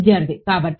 విద్యార్థి కాబట్టి